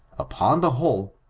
upon the whole,